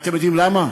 אתם יודעים למה?